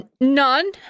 none